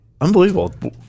Unbelievable